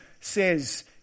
says